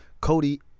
Cody